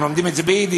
הם לומדים את זה ביידיש.